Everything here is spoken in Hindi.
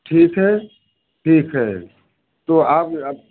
ठीक है ठीक है तो आप